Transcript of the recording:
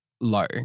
low